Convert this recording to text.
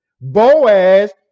Boaz